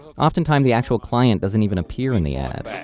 often times the actual client doesn't even appear on the ad.